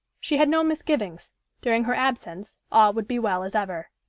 she had no misgivings during her absence, all would be well as ever.